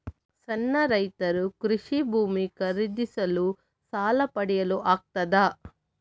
ಸಣ್ಣ ರೈತರು ಕೃಷಿ ಭೂಮಿ ಖರೀದಿಸಲು ಸಾಲ ಪಡೆಯಲು ಆಗ್ತದ?